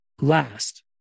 Last